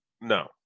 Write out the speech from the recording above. no